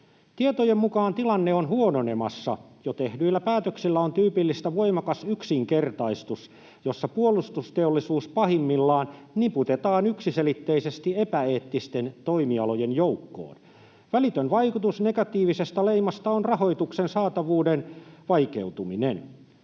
Tietojen mukaan tilanne on huononemassa. Jo tehdyille päätöksille on tyypillistä voimakas yksinkertaistus, jossa puolustusteollisuus pahimmillaan niputetaan yksiselitteisesti epäeettisten toimialojen joukkoon. Välitön vaikutus negatiivisesta leimasta on rahoituksen saatavuuden vaikeutuminen.